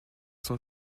son